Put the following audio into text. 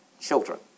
children